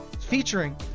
featuring